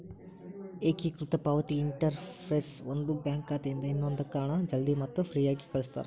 ಏಕೇಕೃತ ಪಾವತಿ ಇಂಟರ್ಫೇಸ್ ಒಂದು ಬ್ಯಾಂಕ್ ಖಾತೆಯಿಂದ ಇನ್ನೊಂದಕ್ಕ ಹಣ ಜಲ್ದಿ ಮತ್ತ ಫ್ರೇಯಾಗಿ ಕಳಸ್ತಾರ